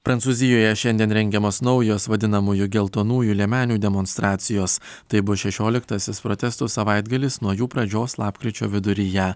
prancūzijoje šiandien rengiamos naujos vadinamųjų geltonųjų liemenių demonstracijos tai bus šešioliktasis protestų savaitgalis nuo jų pradžios lapkričio viduryje